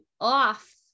off